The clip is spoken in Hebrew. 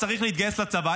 צריך להתגייס לצבא?